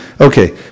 Okay